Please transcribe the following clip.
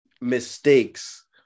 mistakes